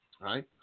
right